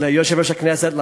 ליושב-ראש הכנסת,